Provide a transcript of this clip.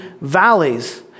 valleys